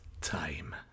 time